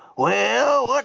well, what